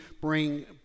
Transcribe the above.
bring